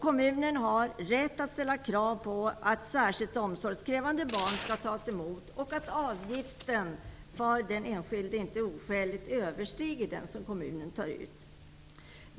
Kommunen har rätt att ställa krav på att särskilt omsorgskrävande barn skall tas emot och att avgiften för den enskilde inte oskäligt överstiger den som kommunen tar ut.